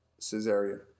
cesarean